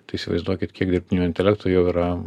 tai įsivaizduokit kiek dirbtinių intelektų jau yra